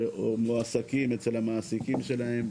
שמועסקים אצל המעסיקים שלהם,